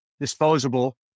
disposable